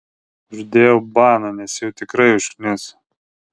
uždėjau baną nes jau tikrai užkniso